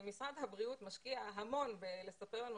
משרד הבריאות משקיע המון בלספר לנו